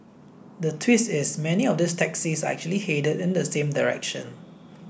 the twist is many of these taxis are actually headed in the same direction